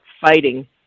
fighting